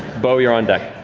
beau, you're on deck.